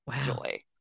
joy